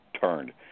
turned